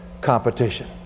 Competition